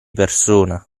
persona